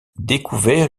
découvert